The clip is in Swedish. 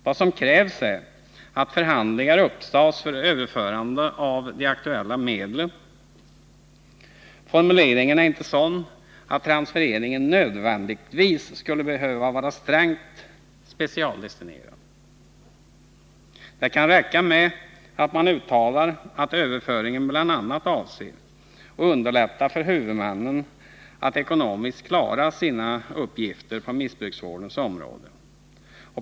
Vad som krävs är att förhandlingar upptas för överförande av de aktuella medlen. Formuleringen är inte sådan att transfereringen nödvändigtvis skulle vara strängt specialdestinerad. Det kan räcka med att man uttalar att överföringen bl.a. avser att göra det lättare för huvudmännen att ekonomiskt klara sina uppgifter på missbruksvårdens område.